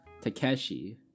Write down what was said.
Takeshi